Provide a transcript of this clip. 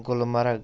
Gulmarg